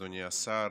אדוני השר,